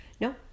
No